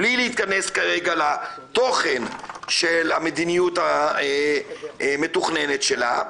בלי להיכנס כרגע לתוכן של המדיניות המתוכננת שלה.